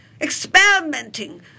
experimenting